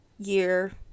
year